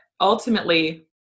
ultimately